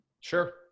Sure